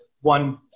one